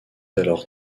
alors